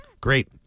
Great